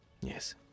Yes